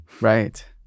Right